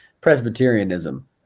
Presbyterianism